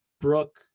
Brooke